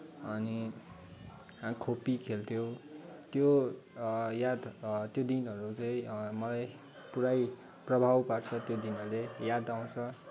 अनि हामी खोपी खेल्थ्यौँ त्यो याद त्यो दिनहरू चाहिँ मलाई पुरै प्रभाव पार्छ त्यो दिनहरूले याद आउँछ